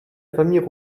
famille